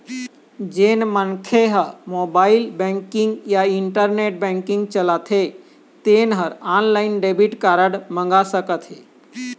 जेन मनखे ह मोबाईल बेंकिंग या इंटरनेट बेंकिंग चलाथे तेन ह ऑनलाईन डेबिट कारड मंगा सकत हे